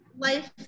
life